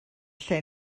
lle